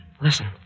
Listen